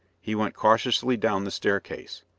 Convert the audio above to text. he went cautiously down the staircase.